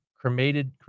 cremated